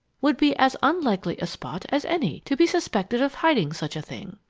would be as unlikely a spot as any to be suspected of hiding such a thing.